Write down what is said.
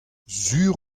sur